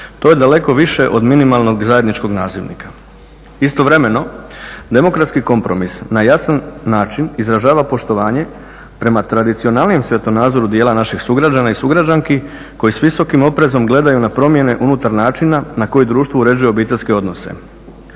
To je daleko više od minimalnog zajedničkog nazivnika. Istovremeno demokratski kompromis na jasan način izražava poštovanje prema tradicionalnim svjetonazoru dijela naših sugrađana i sugrađanki koji s visokim oprezom gledaju na promjene unutar načina na koje društvo uređuje obiteljske odnose.